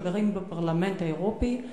חברים בפרלמנט האירופי,